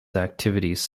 activities